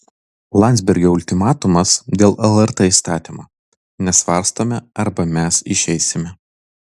landsbergio ultimatumas dėl lrt įstatymo nesvarstome arba mes išeisime